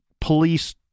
police